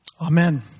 Amen